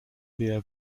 pierre